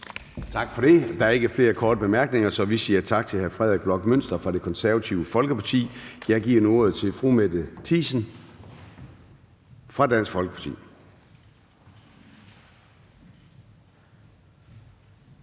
Tak for det. Der er ikke flere bemærkninger, så vi siger tak til hr. Frederik Bloch Münster fra Det Konservative Folkeparti. Jeg giver ordet til fru Mette Thiesen fra Dansk Folkeparti.